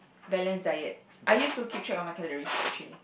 balanced diets I used to keep track of my calorie sessions